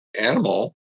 animal